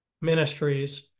ministries